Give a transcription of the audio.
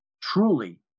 truly